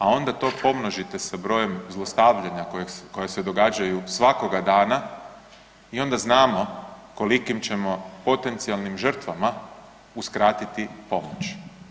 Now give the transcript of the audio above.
A onda to pomnožite sa brojem zlostavljanja koja se događaju svakoga dana i onda znamo kolikim ćemo potencijalnim žrtvama uskratiti pomoć.